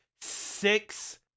six